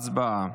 הצבעה.